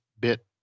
bit